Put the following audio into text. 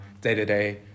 day-to-day